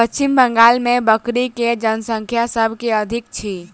पश्चिम बंगाल मे बकरी के जनसँख्या सभ से अधिक अछि